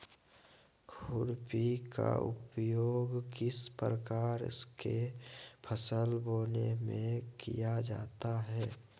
खुरपी का उपयोग किस प्रकार के फसल बोने में किया जाता है?